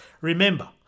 Remember